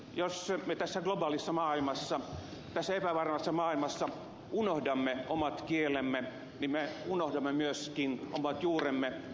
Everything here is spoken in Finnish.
jos me tässä globaalissa maailmassa tässä epävarmassa maailmassa unohdamme omat kielemme niin me unohdamme myöskin omat juuremme